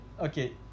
Okay